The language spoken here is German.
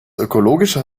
ökologischer